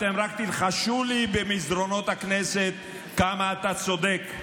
אתם רק תלחשו לי במסדרונות הכנסת: כמה אתה צודק.